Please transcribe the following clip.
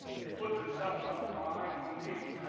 they put themselves on the line for me.